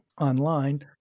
online